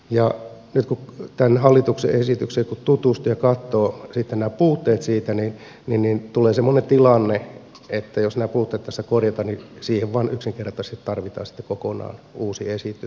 nyt kun tämän hallituksen esitykseen tutustuu ja katsoo nämä puutteet siitä niin tulee semmoinen tilanne että jos nämä puutteet tässä korjataan niin siihen vaan yksinkertaisesti tarvitaan sitten kokonaan uusi esitys